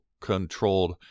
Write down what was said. controlled